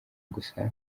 gusa